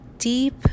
Deep